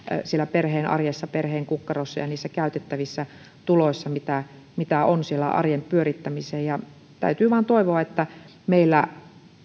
siellä perheen arjessa perheen kukkarossa ja niissä käytettävissä tuloissa mitä mitä on siellä arjen pyörittämiseen täytyy vain toivoa että meillä